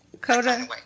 Coda